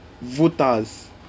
voters